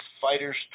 fighters